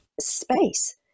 space